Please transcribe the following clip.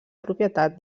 propietat